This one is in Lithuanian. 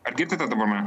ar girdite dabar mane